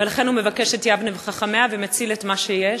ולכן הוא מבקש את יבנה וחכמיה ומציל את מה שיש.